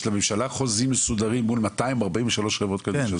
יש לממשלה חוזים מסודרים מול 243 חברות קדישא.